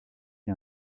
qui